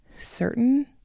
certain